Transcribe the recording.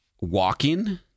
Walking